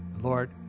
Lord